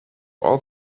all